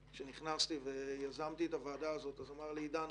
כשנכנסתי ויזמתי את הוועדה הזאת, אמר לי עידן,